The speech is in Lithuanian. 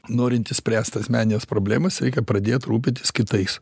norint išspręst asmenines problemas reikia pradėt rūpintis kitais